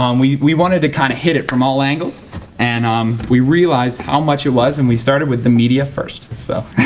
um we we wanted to kind of hit it from all angles and um we realized how much it was and we started with the media first.